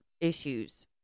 issues